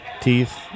teeth